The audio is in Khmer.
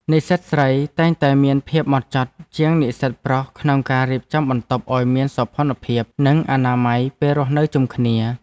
និស្សិតស្រីតែងតែមានភាពហ្មត់ចត់ជាងនិស្សិតប្រុសក្នុងការរៀបចំបន្ទប់ឱ្យមានសោភ័ណភាពនិងអនាម័យពេលរស់នៅជុំគ្នា។